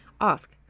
Ask